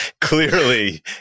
Clearly